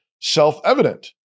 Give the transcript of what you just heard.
self-evident